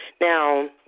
Now